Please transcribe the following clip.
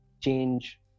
change